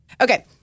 Okay